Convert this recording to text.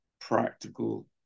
practical